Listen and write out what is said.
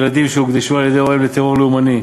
ילדים שהוקדשו על-ידי הוריהם לטרור לאומני,